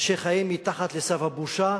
שחיים מתחת לסף הבושה.